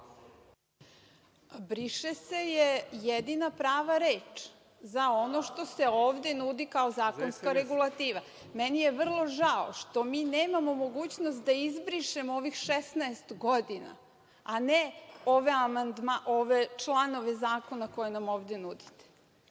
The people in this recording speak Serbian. „Briše se“ je jedina prava reč za ono što se ovde nudi kao zakonska regulativa. Meni je vrlo žao što mi nemamo mogućnost da izbrišemo ovih 16 godina, a ne ove članove zakona koje nam ovde nudite. Ali,